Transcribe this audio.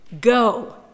go